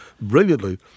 brilliantly